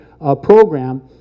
program